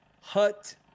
hut